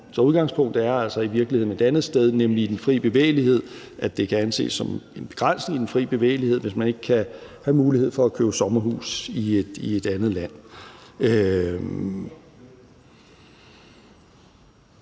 så udgangspunktet er altså i virkeligheden et andet sted, nemlig i den fri bevægelighed, altså at det kan ses som en begrænsning af den fri bevægelighed, hvis man ikke kan få mulighed for at købe sommerhus i et andet land.